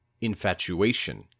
infatuation